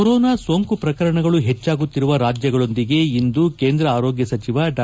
corona ಸೋಂಕು ಪ್ರಕರಣಗಳು ಹೆಚ್ಚಾಗುತ್ತಿರುವ ರಾಜ್ಯಗಳೊಂದಿಗೆ ಇಂದು ಕೇಂದ್ರ ಆರೋಗ್ಯ ಸಚಿವ ಡಾ